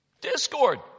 Discord